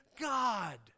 God